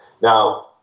now